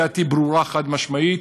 דעתי ברורה וחד-משמעית,